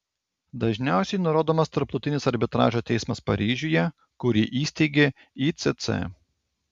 dažniausiai nurodomas tarptautinis arbitražo teismas paryžiuje kurį įsteigė icc